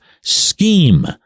scheme